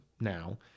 now